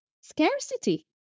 scarcity